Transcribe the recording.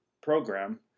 Program